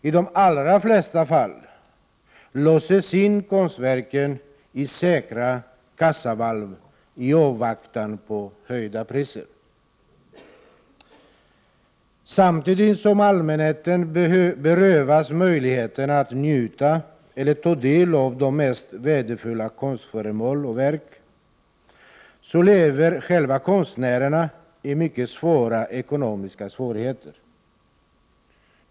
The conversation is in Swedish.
I de allra flesta fall låses konstverken in i kassavalv i avvaktan på Samtidigt som allmänheten berövas möjligheten att njuta eller ta del av de mest värdefulla konstföremålen och verken, lever konstnärerna i mycket stora ekonomiska svårigheter.